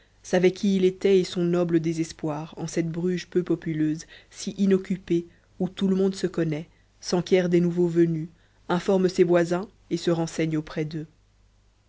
savait qui il était et son noble désespoir en cette bruges peu populeuse si inoccupée où tout le monde se connaît s'enquiert des nouveaux venus informe ses voisins et se renseigne auprès d'eux